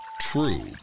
true